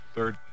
Third